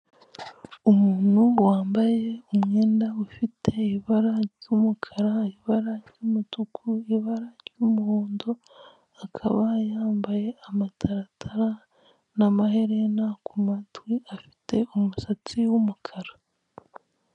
Umuntu wambaye umwenda ufite ibara ry'umukara ibara ry'umutuku ibara ry'umuhondo akaba yambaye amataratara n'amaherena kumatwi afite umusatsi w'umukara.